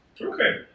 Okay